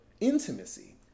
intimacy